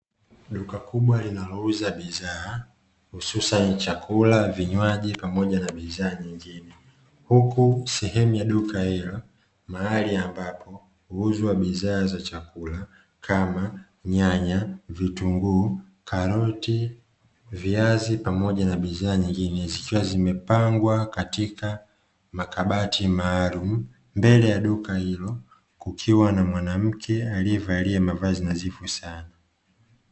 Duka kubwa linayouza bidhaa hususan chakula vinywaji pamoja na bidhaa nyingine, huku sehemu ya duka hilo mahali ambapo huuzwa bidhaa za chakula kama nyanya, vitunguu, karoti, viazi pamoja na bidhaa nyingine zikiwa zimepangwa katika makabati maalumu mbele ya duka hilo kukiwa na mwanamke aliyevalia mavazi madhifu sana.